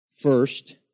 First